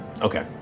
Okay